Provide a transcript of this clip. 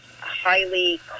highly